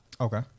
Okay